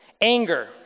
anger